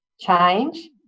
change